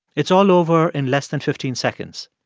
it's all over in less than fifteen seconds.